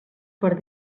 per